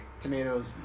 tomatoes